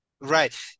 Right